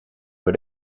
door